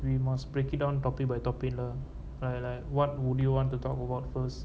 we must break it down topic by topic lah right like what would you want to talk about first